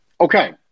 Okay